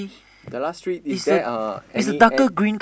the last tree is there uh any ant